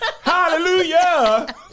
Hallelujah